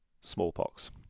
smallpox